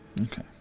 Okay